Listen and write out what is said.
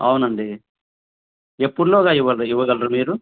అవునండి ఎప్పుడులోగా ఇవ్వ ఇవ్వగలరు మీరు